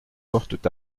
portent